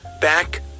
back